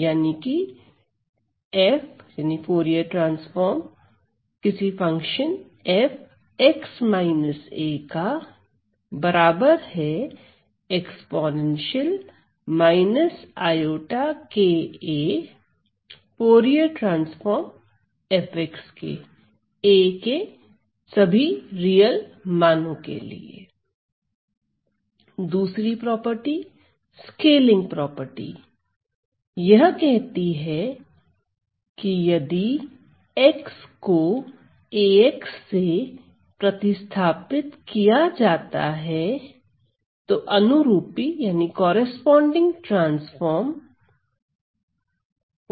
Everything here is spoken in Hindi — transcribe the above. F f x − a e−ikaF f a ∈ R 2 scaling property यह कहती है यदि x को ax से प्रतिस्थापित किया जाता है तो अनुरूपी ट्रांसफार्म हो जाता है